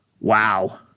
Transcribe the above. Wow